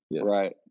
Right